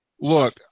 look